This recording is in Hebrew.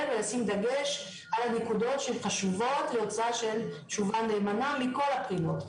ולשים דגש על הנקודות שהן חשובות להוצאה של תשובה מהימנה מכל הבחינות,